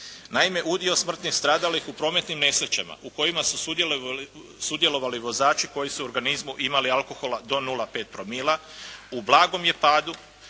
Naime, udio smrtno stradalih u prometnim nesrećama u kojima su sudjelovali vozači koji su u organizmu imali alkohola do 0,5 promila u blagom je padu